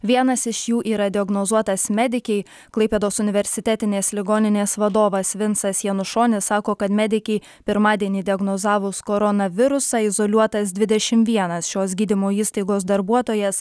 vienas iš jų yra diagnozuotas medikei klaipėdos universitetinės ligoninės vadovas vincas janušonis sako kad medikei pirmadienį diagnozavus koronavirusą izoliuotas dvidešimt vienas šios gydymo įstaigos darbuotojas